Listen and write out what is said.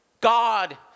God